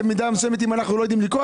במידה מסוימת אם אנחנו לא יודעים לקרוא,